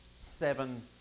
seven